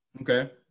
okay